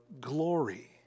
glory